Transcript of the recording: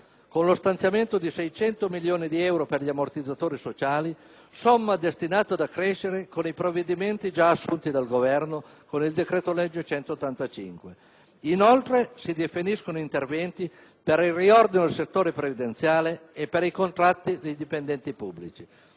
con lo stanziamento di 600 milioni di euro per gli ammortizzatori sociali, somma destinata a crescere con i provvedimenti già assunti dal Governo con il decreto-legge n. 185. Inoltre, si definiscono interventi per il riordino del settore previdenziale e per i contratti dei dipendenti pubblici.